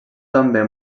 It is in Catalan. també